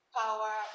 power